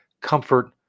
comfort